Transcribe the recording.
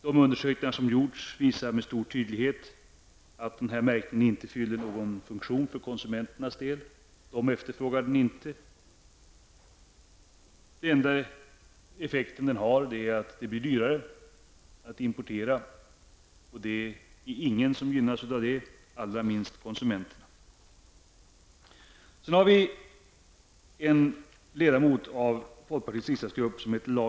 De undersökningar som gjorts visar med stor tydlighet att den här märkningen inte fyller någon funktion för konsumenternas del. Konsumenterna efterfrågar den inte. Den enda effekten märkningen har är att det blir dyrare att importera, och det är ingen som gynnas av det -- allra minst konsumenterna.